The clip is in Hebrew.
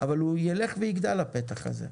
אבל הוא ילך ויגדל הפתח הזה.